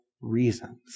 reasons